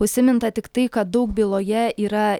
užsiminta tik tai kad daug byloje yra